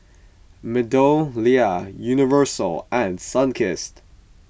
MeadowLea Universal and Sunkist